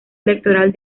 electoral